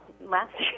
Last